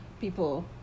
people